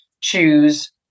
choose